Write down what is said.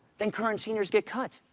then current seniors get cut!